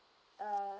uh